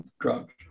drugs